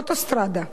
אוטוסטרדה.